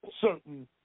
certain